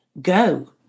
go